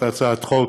את הצעת חוק